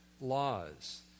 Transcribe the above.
laws